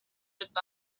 buying